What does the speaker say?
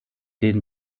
den